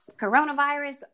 coronavirus